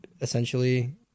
essentially